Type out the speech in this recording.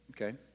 okay